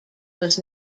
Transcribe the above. was